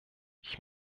ich